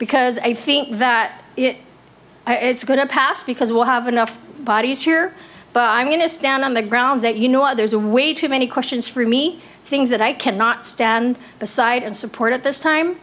because i think that it's going to pass because we'll have enough bodies here but i'm going to stand on the grounds that you know others are way too many questions for me things that i cannot stand aside and support at this time